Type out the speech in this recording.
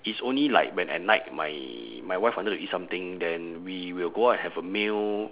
it's only like when at night my my wife wanted to eat something then we will go out and have a meal